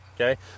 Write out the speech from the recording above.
Okay